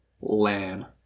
Lan